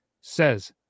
says